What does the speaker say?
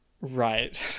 right